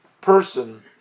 person